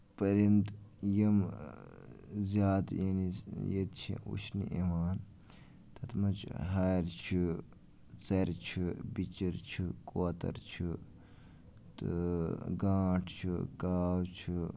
پٔرِندٕ یِم زیادٕ یعنی ییٚتہِ چھِ وُچھنہٕ یِوان تَتھ منٛز چھُ ہارِ چھِ ژَرِ چھِ پِچر چھِ کوتر چھِ تہٕ گانٹھ چھُ کاو چھُ